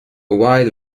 wide